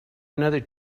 another